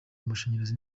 amashanyarazi